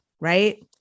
right